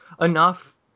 enough